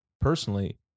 personally